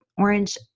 orange